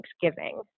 Thanksgiving